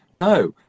no